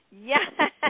Yes